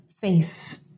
face